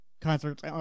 concerts